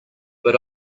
but